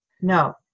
No